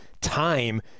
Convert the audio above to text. time